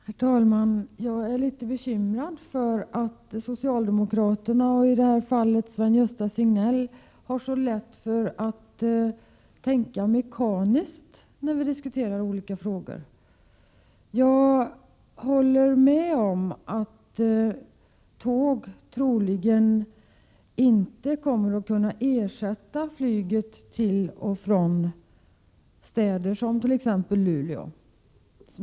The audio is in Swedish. Herr talman! Jag är något bekymrad över att socialdemokraterna, i det här fallet Sven-Gösta Signell, har så lätt för att tänka mekaniskt när vi diskuterar olika frågor. Jag håller med om att tåg troligen inte kommer att kunna ersätta flyget till och från städer som Luleå.